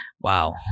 Wow